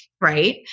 right